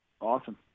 Awesome